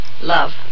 Love